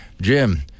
Jim